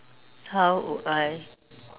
how would I